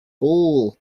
ball